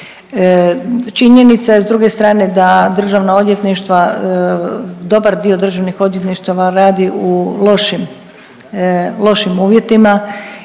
Činjenica je s druge strane da državna odvjetništva dobar dio državnih odvjetništava radi u lošim uvjetima